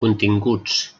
continguts